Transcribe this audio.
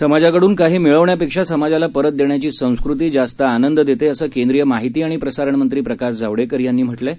समाजाकडून काही मिळवण्यापेक्षा समाजाला परत देण्याची संस्कृती जास्त आनंद देते असं केंद्रीय माहिती आणि प्रसारण मंत्री प्रकाश जावडेकर यांनी म्हटलं आहे